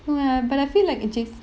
no leh but I feel like in j~